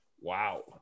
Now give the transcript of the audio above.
Wow